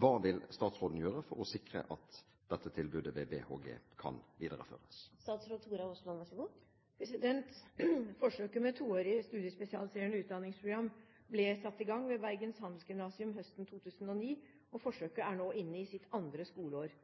Hva vil statsråden gjøre for å sikre at tilbudet ved BHG kan videreføres?» Forsøket med toårig studiespesialiserende utdanningsprogram ble satt i gang ved Bergen Handelsgymnasium høsten 2009, og forsøket er nå inne i sitt andre skoleår.